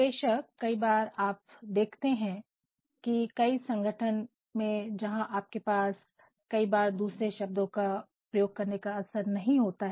बेशक कई बार आप देखते हैं कि कई संगठन में जहां आपके पास कई बार दूसरे शब्दों का प्रयोग करने का असर नहीं होता है